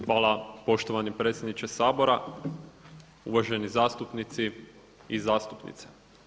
Hvala poštovani predsjedniče Sabora, uvaženi zastupnici i zastupnice.